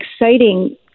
exciting